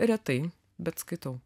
retai bet skaitau